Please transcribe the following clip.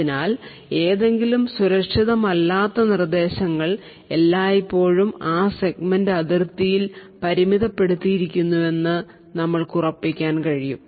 അതിനാൽ ഏതെങ്കിലും സുരക്ഷിതമല്ലാത്ത നിർദ്ദേശങ്ങൾ എല്ലായ്പ്പോഴും ആ സെഗ്മെന്റ് അതിർത്തിയിൽ പരിമിതപ്പെടുത്തിയിരിക്കുന്നുവെന്ന് ഞങ്ങൾക്ക് ഉറപ്പിക്കാൻ കഴിയും